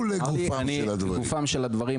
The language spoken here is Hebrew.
לגופם של הדברים,